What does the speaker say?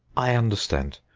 i understand.